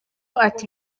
ati